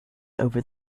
over